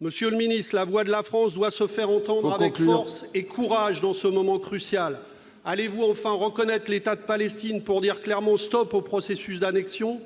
Monsieur le ministre, la voix de la France doit se faire entendre avec force et courage dans ce moment crucial. Allez-vous enfin reconnaître l'État de Palestine pour dire clairement « stop » au processus d'annexion ?